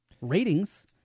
ratings